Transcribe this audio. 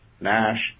NASH